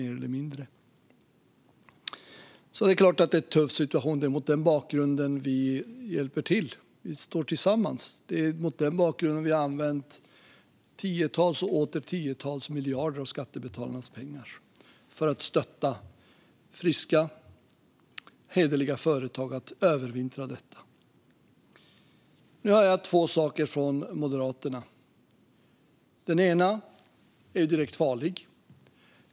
Det är klart att det är en tuff situation. Det är mot den bakgrunden vi hjälper till. Vi står tillsammans. Det är mot den bakgrunden vi har använt tiotals och åter tiotals miljarder av skattebetalarnas pengar för att stötta friska, hederliga företag i att övervintra detta. Jag hör nu två saker från Moderaterna. En är direkt farlig.